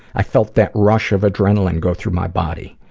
i felt that rush of adrenaline go through my body.